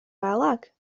vēlāk